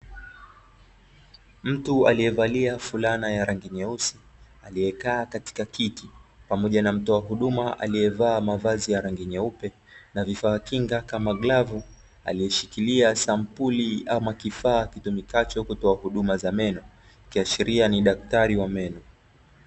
Mtu aliyevalia fulana ya rangi nyeusi aliyekaa katika kiti, pamoja na mtoa huduma aliyevaa mavazi ya rangi nyeupe na vifaa kinga kama glavusi, aliyeshikilia sampuli ama kifaa kitumikacho kutoa huduma ya meno. Ikiashiria ni daktari wa meno .